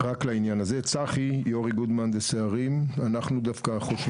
אנחנו מכירים